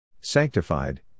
Sanctified